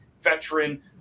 Veteran